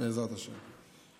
בעזרת השם.